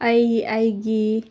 ꯑꯩ ꯑꯩꯒꯤ